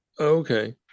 okay